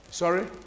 Sorry